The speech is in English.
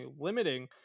limiting